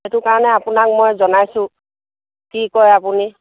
সেইটো কাৰণে আপোনাক মই জনাইছোঁ কি কৰে আপুনি